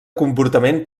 comportament